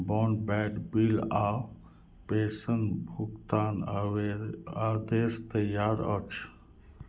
broadband bill आओर pension भुगतान आबे आदेश तैआर अछि